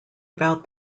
about